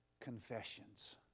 confessions